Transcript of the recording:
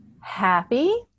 happy